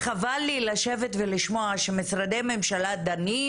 חבל לי לשבת ולשמוע שמשרדי ממשלה דנים,